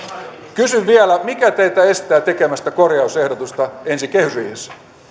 kysyn vielä mikä teitä estää tekemästä korjausehdotusta ensi kehysriihessä